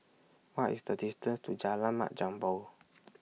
What IS The distance to Jalan Mat Jambol